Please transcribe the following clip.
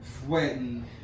sweating